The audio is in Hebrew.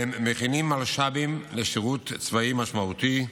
והם מכינים מלש"בים לשירות צבאי משמעותי,